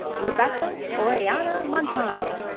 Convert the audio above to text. rebecca orellana montano.